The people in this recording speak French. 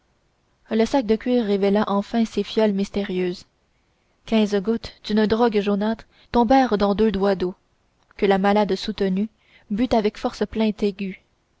le sac de cuir révéla enfin ses fioles mystérieuses quinze gouttes d'une drogue jaunâtre tombèrent dans deux doigts d'eau que la malade soutenue but avec force plaintes aiguës